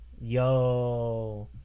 Yo